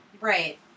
Right